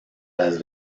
las